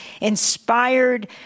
inspired